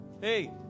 Hey